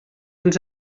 ens